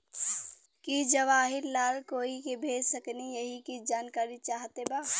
की जवाहिर लाल कोई के भेज सकने यही की जानकारी चाहते बा?